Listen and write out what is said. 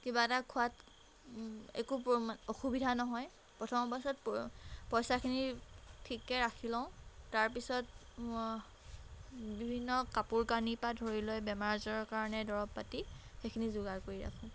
কিবা এটা খোৱাত একো প অসুবিধা নহয় প্ৰথম অৱস্থাত প পইচাখিনি ঠিককৈ ৰাখি লওঁ তাৰপিছত বিভিন্ন কাপোৰ কানি পৰা ধৰি লৈ বেমাৰ আজাৰৰ কাৰণে দৰৱ পাতি সেইখিনি যোগাৰ কৰি ৰাখো